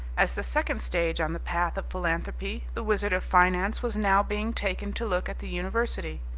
as the second stage on the path of philanthropy, the wizard of finance was now being taken to look at the university.